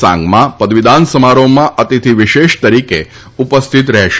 સાંગમા પદવીદાન સમારોહમાં અતિથિ વિશેષ તરીકે ઉપસ્થિત રહેશે